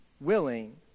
willing